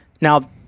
now